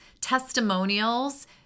testimonials